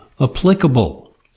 applicable